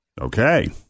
Okay